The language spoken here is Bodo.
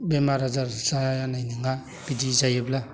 बेमार आजार जानाय नङा बिदि जायोब्ला